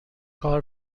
کار